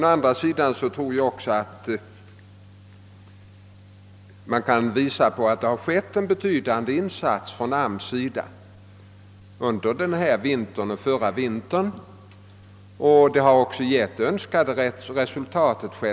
Å andra sidan har AMS där gjort en betydande insats under denna vinter och förra vintern, och detta har också givit önskat resultat.